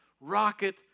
rocket